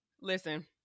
Listen